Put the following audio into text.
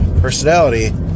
personality